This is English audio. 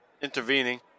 intervening